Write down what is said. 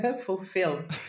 fulfilled